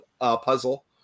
puzzle